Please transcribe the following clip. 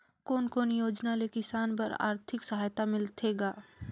कोन कोन योजना ले किसान बर आरथिक सहायता मिलथे ग?